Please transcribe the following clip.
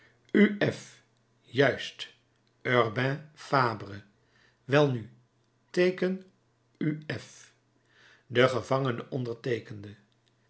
juist urbain fabre welnu teeken u f de gevangene onderteekende